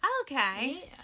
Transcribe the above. Okay